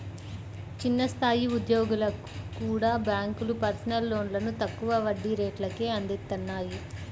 చిన్న స్థాయి ఉద్యోగులకు కూడా బ్యేంకులు పర్సనల్ లోన్లను తక్కువ వడ్డీ రేట్లకే అందిత్తన్నాయి